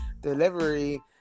delivery